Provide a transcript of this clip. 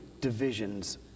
divisions